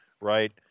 right